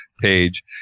page